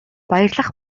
баярлах